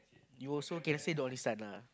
you also can say the only son lah